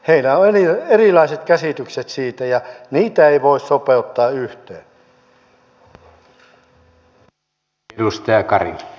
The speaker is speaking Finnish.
heillä on erilaiset käsitykset siitä ja niitä ei voi sopeuttaa yhteen